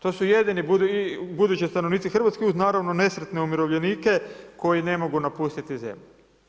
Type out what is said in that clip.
To su jedini budući stanovnici Hrvatske uz naravno, nesretne umirovljenike koji ne mogu napustiti zemlju.